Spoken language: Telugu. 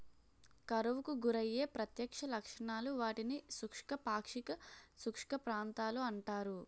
కరువుకు గురయ్యే ప్రత్యక్ష లక్షణాలు, వాటిని శుష్క, పాక్షిక శుష్క ప్రాంతాలు అంటారు